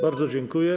Bardzo dziękuję.